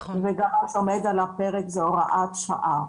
ומה שעומד על הפרק זו הוראת שעה.